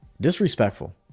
Disrespectful